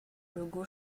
logo